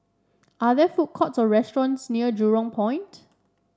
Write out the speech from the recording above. are there food courts or restaurants near Jurong Point